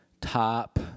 top